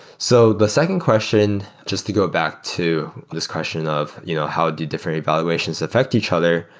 so the second question just to go back to a discussion of you know how do different evaluations affect each other?